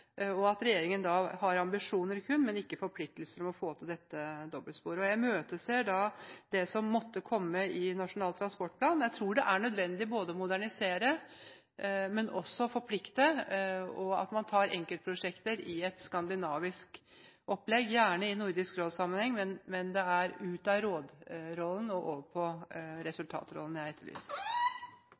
og regjeringen har kun ambisjoner – ingen forpliktelser – for å få til dette dobbeltsporet, Jeg imøteser det som måtte komme i Nasjonal transportplan. Jeg tror det er nødvendig å både modernisere og forplikte, og at man tar enkeltprosjekter i et skandinavisk opplegg, gjerne i Nordisk råd-sammenheng – men at det må ut av rådrollen og over på resultatrollen, er det jeg etterlyser.